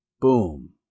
Boom